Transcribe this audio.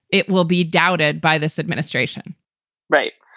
it will be doubted by this administration right.